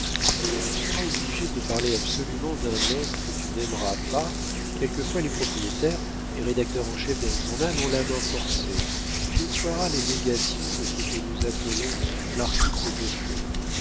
quand tu seras obligé de parler absolument d'un homme que tu n'aimeras pas quelquefois les propriétaires les rédacteurs en chef d'un journal ont la main forcée tu déploieras les négations de ce que nous appelons l'article de fonds